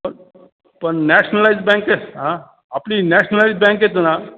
पण पण नॅशनलाइज्ड बँकेत हां आपली नॅशननालाईज्ड बँकच ना